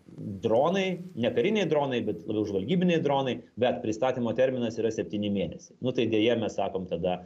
dronai ne kariniai dronai bet žvalgybiniai dronai bet pristatymo terminas yra septyni mėnesiai nu tai deja mes sakom tada